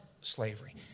slavery